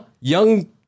young